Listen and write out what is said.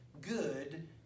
good